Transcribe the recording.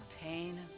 pain